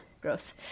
gross